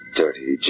dirty